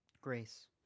grace